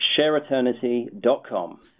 shareeternity.com